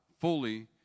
fully